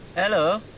hello!